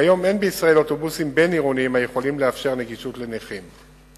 כיום אין בישראל אוטובוסים בין-עירוניים היכולים לאפשר נגישות לנכים.